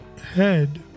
head